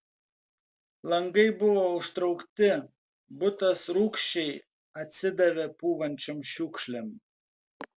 langai buvo užtraukti butas rūgščiai atsidavė pūvančiom šiukšlėm